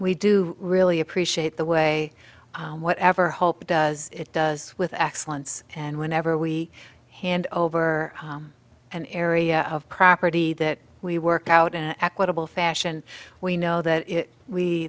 we do really appreciate the way whatever hope does it does with excellence and whenever we hand over an area of property that we work out an equitable fashion we know that